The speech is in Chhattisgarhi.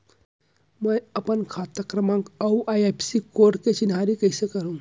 मैं अपन खाता क्रमाँक अऊ आई.एफ.एस.सी कोड के चिन्हारी कइसे करहूँ?